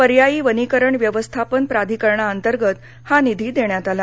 पर्यायी वनीकरण व्यवस्थापन प्राधिकारणाअंतर्गत हा निधी देण्यात आला